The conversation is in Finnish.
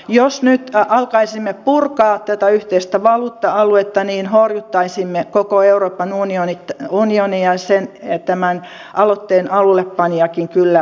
jos nyt alkaisimme purkaa tätä yhteistä valuutta aluetta niin horjuttaisimme koko euroopan unionia ja sen tämän aloitteen alullepanijakin kyllä hyvin tietää